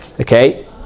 Okay